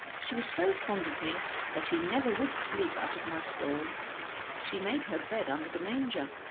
she was so fond of me that she never would sleep out of my stall she made her bed under the manger,